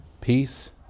peace